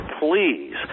please